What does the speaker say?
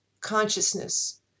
consciousness